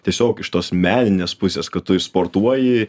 tiesiog iš tos meninės pusės kad tu ir sportuoji